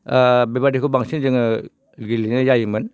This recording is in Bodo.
बेबायदिखौ बांसिन जोङो गेलेनाय जायोमोन